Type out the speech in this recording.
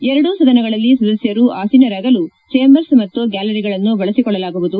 ಎರಡೂ ಸದನಗಳಲ್ಲಿ ಸದಸ್ಯರು ಆಸೀನರಾಗಲು ಚೇಂಬರ್ಬ್ ಮತ್ತು ಗ್ಯಾಲರಿಗಳನ್ನು ಬಳಸಿಕೊಳ್ಳಲಾಗುವುದು